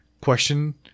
question